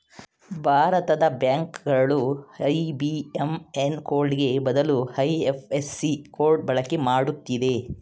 ಭಾರತದ ಬ್ಯಾಂಕ್ ಗಳು ಐ.ಬಿ.ಎಂ.ಎನ್ ಕೋಡ್ಗೆ ಬದಲು ಐ.ಎಫ್.ಎಸ್.ಸಿ ಕೋಡ್ ಬಳಕೆ ಮಾಡುತ್ತಿದೆ